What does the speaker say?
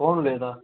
कोण उलयता